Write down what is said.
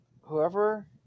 Whoever